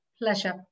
Pleasure